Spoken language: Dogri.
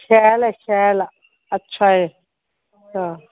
शैल ऐ शैल ऐ अच्छा ऐ हां